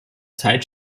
zeit